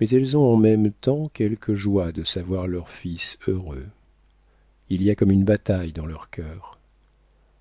mais elles ont en même temps quelque joie de savoir leurs fils heureux il y a comme une bataille dans leur cœur